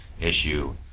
issue